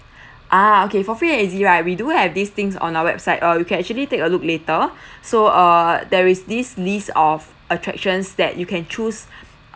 ah okay for free and easy right we do have these things on our website uh you can actually take a look later so err there is this list of attractions that you can choose